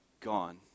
gone